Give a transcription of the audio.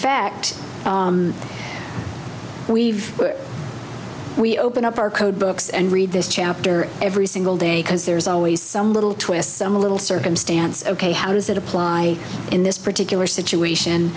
fact we've we open up our code books and read this chapter every single day because there's always some little twist some little circumstance ok how does it apply in this particular situation